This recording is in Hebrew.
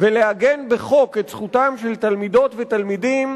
ולעגן בחוק את זכותם של תלמידות ותלמידים,